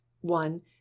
one